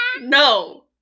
No